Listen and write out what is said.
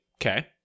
okay